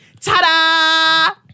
ta-da